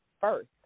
first